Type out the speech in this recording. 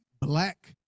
black